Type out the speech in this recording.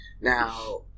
Now